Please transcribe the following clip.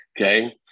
Okay